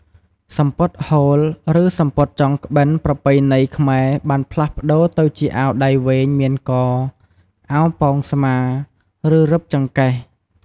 សំពត់ហូល ឬ សំពត់ចងក្បិនប្រពៃណីខ្មែរបានផ្លាស់ប្តូរទៅជាអាវដៃវែងមានក អាវប៉ោងស្មា និង រឹបចង្កេះ។